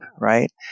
right